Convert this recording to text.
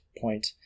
point